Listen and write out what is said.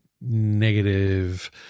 negative